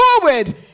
forward